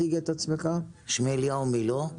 שמי אליהו מילוא,